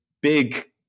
big